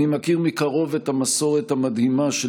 אני מכיר מקרוב את המסורת המדהימה של